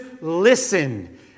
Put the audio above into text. listen